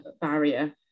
barrier